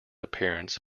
appearance